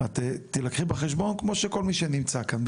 את תילקחי בחשבון כמו כל מי שנמצא כאן.